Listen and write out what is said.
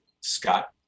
Scott